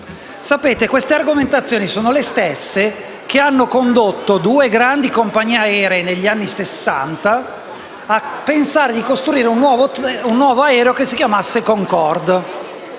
meno? Queste argomentazioni sono le stesse che hanno condotto due grandi compagnie aeree, negli anni Sessanta, a pensare di costruire un nuovo aereo, il Concorde,